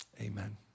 amen